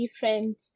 different